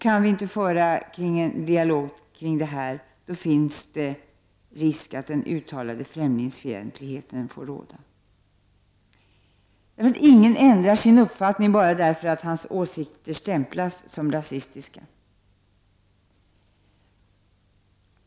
Kan vi inte föra en dialog kring dessa frågor finns det risk för att den uttalade främlingsfientligheten får råda. Ingen ändrar ju sin uppfattning bara därför att hans åsikter stämplas som rasistiska.